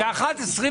ב-13:25